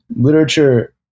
Literature